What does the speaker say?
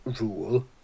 rule